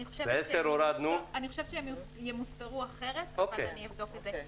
אני חושבת שהן ימוספרו אחרת, אבל אני אבדוק את זה.